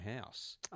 house